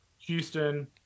Houston